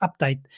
update